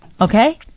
okay